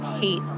hate